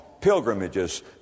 pilgrimages